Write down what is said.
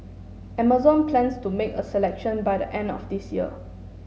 Amazon plans to make a selection by the end of this year